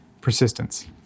Persistence